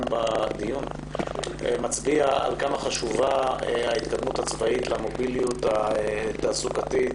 בדיון מצביע עד כמה חשובה ההתקדמות הצבאית למוביליות התעסוקתית,